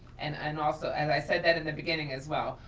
and and also, as i said that in the beginning as well,